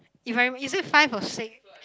if I'm is it five or six